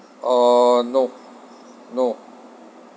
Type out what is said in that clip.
uh no no